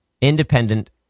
independent